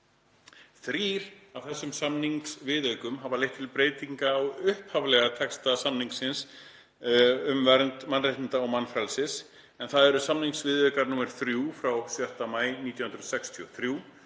Þrír af þessum samningsviðaukum hafa leitt til breytinga á upphaflegum texta samningsins um verndun mannréttinda og mannfrelsis, en þetta eru samningsviðaukar nr. 3 frá 6. maí 1963,